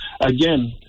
again